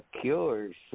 cures